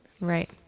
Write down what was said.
Right